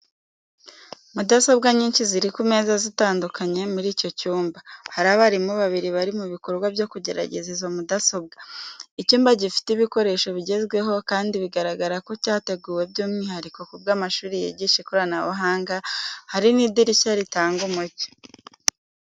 Mudasobwa nyinshi ziri ku meza zitandukanye muri icyo cyumba. Hari abarimu babiri bari mu bikorwa byo kugerageza izo mudasobwa. Icyumba gifite ibikoresho bigezweho, kandi bigaragara ko cyateguwe by’umwihariko ku bw’amashuri yigisha ikoranabuhanga Hari n’idirishya ritanga umucyo.